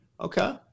Okay